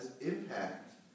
impact